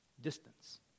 Distance